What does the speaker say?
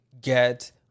get